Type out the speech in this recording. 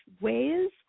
ways